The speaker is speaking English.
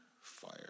fire